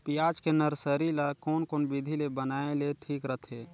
पियाज के नर्सरी ला कोन कोन विधि ले बनाय ले ठीक रथे?